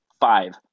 Five